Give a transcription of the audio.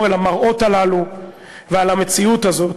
אל המראות הללו ואל המציאות הזאת,